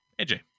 AJ